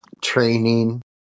training